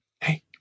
Hey